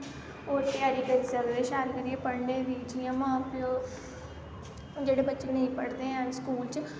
होर त्यारी करी सकदे शैल करियै पढ़ने दी जियां मां प्यो जेह्ड़े बच्चे नेंई पढ़दे हैन स्कूल च